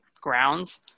grounds